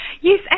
Yes